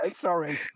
Sorry